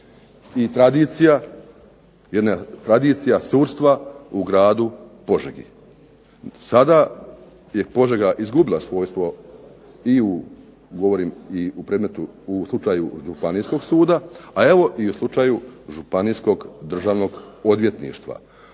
tradicija sudstva u gradu Požegi. Sada je Požega izgubila svojstvo i u, govorim i u predmetu u slučaju županijskog suda, a evo i u slučaju županijskog državnog odvjetništva.